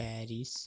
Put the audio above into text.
Paris